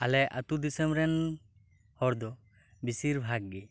ᱟᱞᱮ ᱟᱛᱳ ᱫᱤᱥᱚᱢ ᱨᱮᱱ ᱦᱚᱲ ᱫᱚ ᱵᱮᱥᱤᱨ ᱵᱷᱟᱜᱽ ᱜᱮ